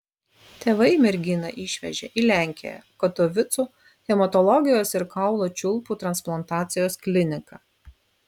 tėvai merginą išvežė į lenkiją katovicų hematologijos ir kaulų čiulpų transplantacijos kliniką